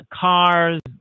cars